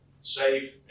safe